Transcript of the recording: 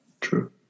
true